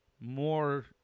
more